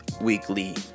weekly